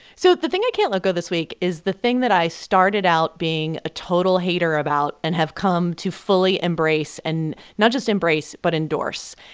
so the thing i can't let go this week is the thing that i started out being a total hater about and have come to fully embrace and not just embrace but endorse.